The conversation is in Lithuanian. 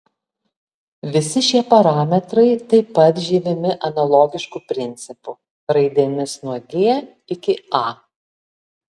visi šie parametrai taip pat žymimi analogišku principu raidėmis nuo g iki a